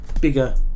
bigger